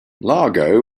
largo